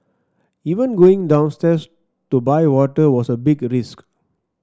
even going downstairs to buy water was a big risk